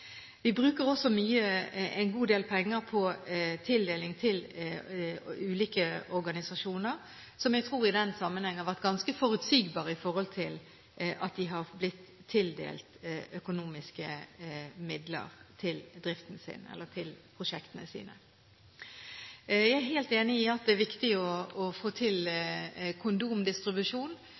Vi tildeler også en god del penger til ulike organisasjoner, og jeg tror i den sammenheng at det har vært ganske forutsigbart at de har blitt tildelt økonomiske midler til driften sin eller til prosjektene sine. Jeg er helt enig i at det er viktig å få til kondomdistribusjon.